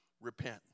Repent